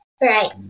Right